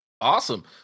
Awesome